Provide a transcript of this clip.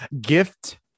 gift